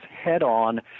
head-on